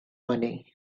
money